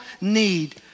need